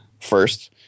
first